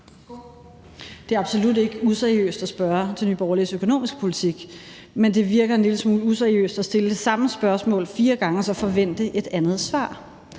Det er absolut ikke useriøst at spørge til Nye Borgerliges økonomiske politik, men det virker en lille smule useriøst at stille det samme spørgsmål fire gange og så forvente et andet svar,